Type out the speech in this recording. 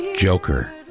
Joker